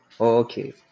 Okay